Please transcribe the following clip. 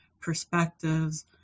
perspectives